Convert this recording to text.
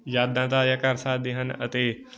ਯਾਦਾਂ ਤਾਜ਼ਾ ਕਰ ਸਕਦੇ ਹਨ ਅਤੇ